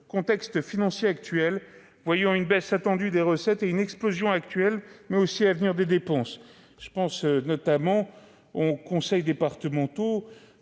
contexte financier de baisse attendue des recettes et d'explosion actuelle, mais aussi à venir, des dépenses. Je pense à cet égard aux conseils départementaux,